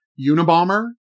Unabomber